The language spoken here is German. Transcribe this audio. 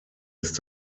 ist